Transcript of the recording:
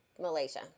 Malaysia